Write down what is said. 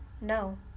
no